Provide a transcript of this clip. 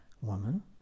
Woman